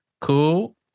cool